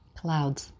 clouds